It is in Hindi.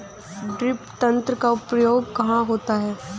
ड्रिप तंत्र का उपयोग कहाँ होता है?